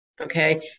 Okay